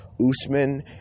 Usman